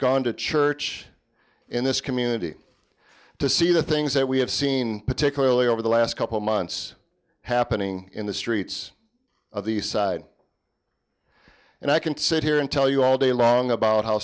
gone to church in this community to see the things that we have seen particularly over the last couple months happening in the streets of these side and i can sit here and tell you all day long about how